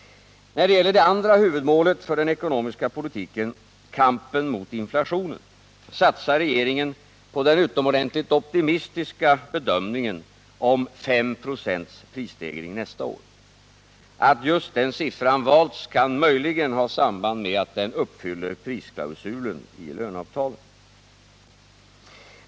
När det gäller det andra huvudmålet för den ekonomiska politiken, kampen mot inflationen, satsar regeringen på den utomordentligt optimistiska bedömningen om 5 96 prisstegring nästa år. Att just den siffran valts kan möjligen ha samband med att den uppfyller prisklausulen i löneavtalen.